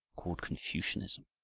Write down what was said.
called confucianism.